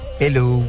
hello